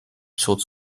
schutz